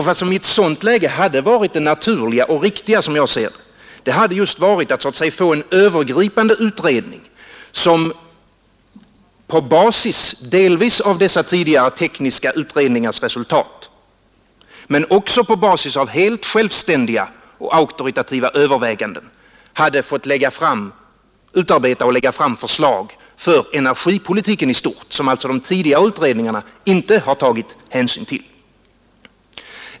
Vad som i ett sådant läge har varit det naturliga och riktiga hade, som jag ser det, just varit att söka få en övergripande utredning till stånd vilken på basis delvis av dessa tidigare tekniska utredningars resultat men också på basis av helt självständiga och auktoritativa överväganden hade fått utarbeta och lägga fram förslag om energipolitiken i stort, som alltså de tidigare utredningarna inte tagit hänsyn till.